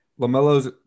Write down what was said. LaMelo's